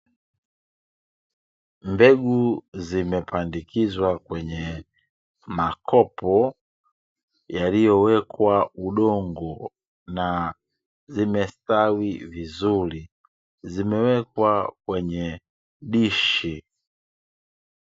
Mbegu zimepandikizwa kwenye makopo yaliyowekwa udongo na zimestawi vizuri, zimewekwa kwenye dishi.